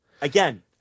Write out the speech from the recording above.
again